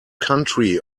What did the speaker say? country